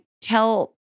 tell—